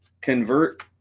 convert